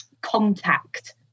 contact